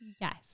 Yes